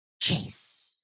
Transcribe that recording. chase